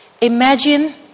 imagine